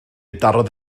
darodd